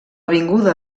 vinguda